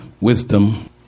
wisdom